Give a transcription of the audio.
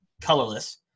colorless